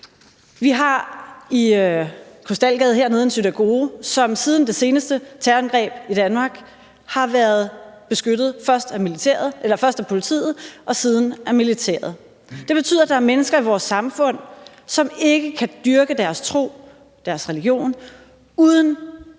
Vi har i Krystalgade hernede en synagoge, som siden det seneste terrorangreb i Danmark har været beskyttet – først af politiet, siden af militæret. Det betyder, at der er mennesker i vores samfund, som ikke kan dyrke deres tro – deres religion – uden militær